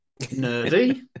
Nerdy